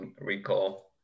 recall